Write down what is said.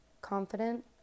confident